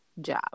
job